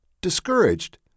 discouraged